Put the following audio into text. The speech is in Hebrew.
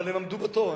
אבל הם עמדו בתור,